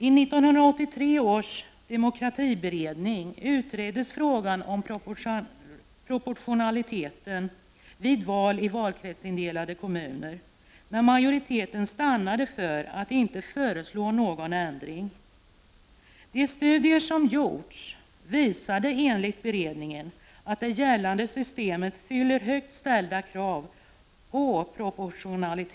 I 1983 års demokratiberedning utreddes frågan om proportionalitet vid val i valkretsindelade kommuner, men majoriteten stannade för att inte föreslå någon ändring. De studier som gjorts visade enligt beredningen att det gäl — Prot. 1989/90:26 lande systemet fyller högt ställda krav på proportionalitet.